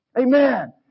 Amen